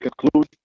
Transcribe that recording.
conclude